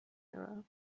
era